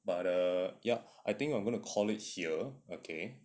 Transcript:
but err ya I think I'm going to call it here okay